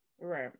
right